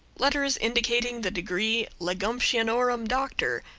letters indicating the degree legumptionorum doctor,